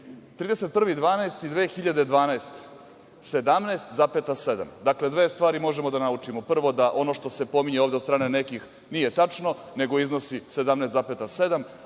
31.12.2012. godine, 17,7, dakle, dve stvari možemo da naučimo, prvo da ono što se pominje od strane nekih nije tačno, nego iznosi 17,7,